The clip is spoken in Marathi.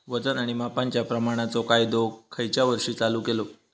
वजन आणि मापांच्या प्रमाणाचो कायदो खयच्या वर्षी चालू केलो?